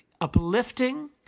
uplifting